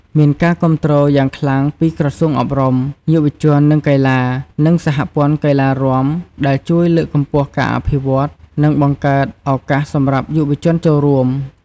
មានការគាំទ្រយ៉ាងខ្លាំងពីក្រសួងអប់រំ យុវជន និងកីឡា និងសហព័ន្ធកីឡារាំ ដែលជួយលើកកម្ពស់ការអភិវឌ្ឍន៍ និងបង្កើតឱកាសសម្រាប់យុវជនចូលរួម។